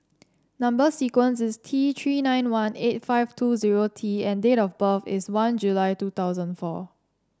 number sequence is T Three nine one eight five two zero T and date of birth is one July two thousand four